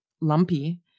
lumpy